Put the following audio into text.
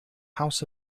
house